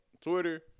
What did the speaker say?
Twitter –